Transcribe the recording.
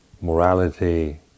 morality